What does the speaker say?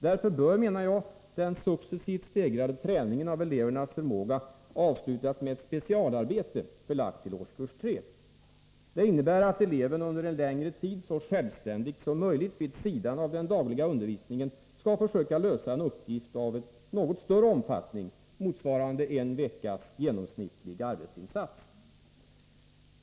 Därför bör, menar jag, den successivt stegrade träningen av elevernas förmåga avslutas med ett specialarbete förlagt till årskurs tre. Det innebär att eleven under en längre tid så självständigt som möjligt, vid sidan av den dagliga undervisningen, skall försöka lösa en uppgift av en något större omfattning, motsvarande en veckas genomsnittlig arbetsinsats.